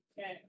Okay